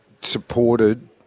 supported